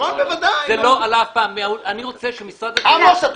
אני רוצה שמשרד התיירות --- עמוס,